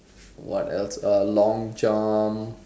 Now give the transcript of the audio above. what else uh long jump